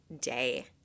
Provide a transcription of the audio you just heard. day